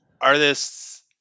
artists